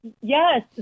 Yes